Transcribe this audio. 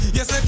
Yes